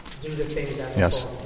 Yes